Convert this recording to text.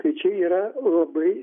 tai čia yra labai